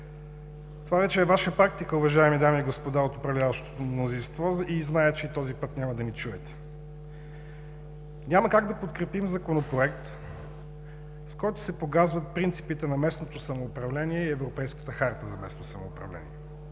Това вече е Ваша практика, уважаеми дами и господа от управляващото мнозинство. Зная, че и този път няма да ни чуете. Няма как да подкрепим Законопроект, с който се погазват принципите на местното самоуправление и Европейската харта за местно самоуправление.